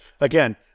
again